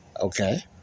Okay